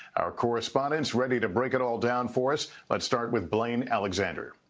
our correspondents ready to break it all down for us. let's start with blayne alexander.